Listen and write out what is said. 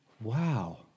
Wow